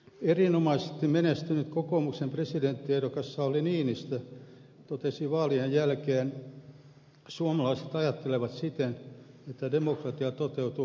erinomaisesti menestynyt kokoomuksen presidenttiehdokas sauli niinistö totesi vaalien jälkeen että suomalaiset ajattelevat siten että demokratia toteutuu presidentinvaaleissa